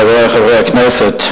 חברי חברי הכנסת,